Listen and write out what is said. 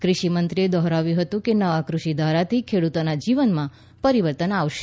કૃષિમંત્રીએ દોહરાવ્યું હતું કે નવા કૃષિધારાથી ખેડૂતોના જીવનમાં પરિવર્તન આવશે